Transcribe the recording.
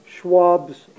Schwab's